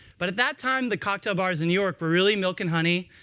but at that time, the cocktail bars in new york were really milk and honey,